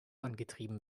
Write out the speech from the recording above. angetrieben